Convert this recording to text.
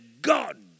God